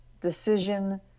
decision